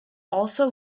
also